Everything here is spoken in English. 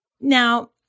Now